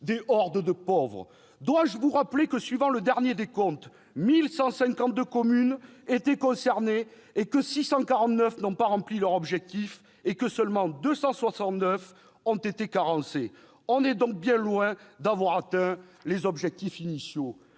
peu excessif ! Dois-je vous rappeler que, suivant le dernier décompte, 1 152 communes étaient concernées et que 649 n'ont pas rempli leur objectif, seulement 269 étant carencées ? On est donc bien loin encore d'avoir atteint les objectifs initiaux